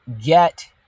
get